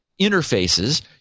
interfaces